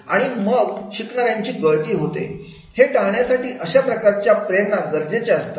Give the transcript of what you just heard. आणि मग शिकणाऱ्या ची गळती होते हे टाळण्यासाठी अशा प्रकारच्या प्रेरणा गरजेचे असतात